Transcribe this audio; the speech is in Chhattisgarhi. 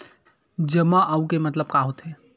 जमा आऊ के मतलब का होथे?